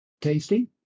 Tasty